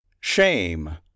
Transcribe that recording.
Shame